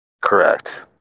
Correct